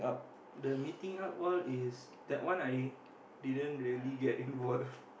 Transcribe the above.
the meeting up all is that one I didn't really get involve